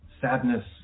sadness